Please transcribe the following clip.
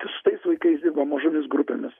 su tais vaikais dirba mažomis grupėmis